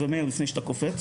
מאיר לפני שאתה קופץ